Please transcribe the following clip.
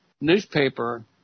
newspaper